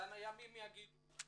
ימים יגידו.